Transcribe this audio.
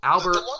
Albert